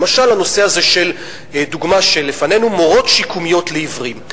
למשל הדוגמה שלפנינו, מורות שיקומיות לעיוורים.